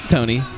Tony